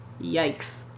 Yikes